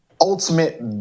ultimate